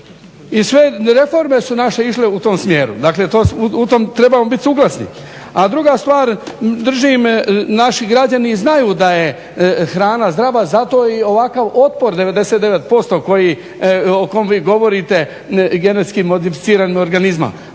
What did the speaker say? I sve reforme su naše išle u tom smjeru, dakle u tom trebamo biti suglasni. A druga stvar, držim i naši građani znaju da je hrana zdrava, zato je i ovakav otpor 99% o kom vi govorite GMO-a. Pa u tom